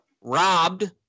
robbed